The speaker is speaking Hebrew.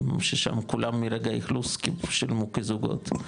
ששם כולם מרגע האכלוס שלמו כזוגות,